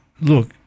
Look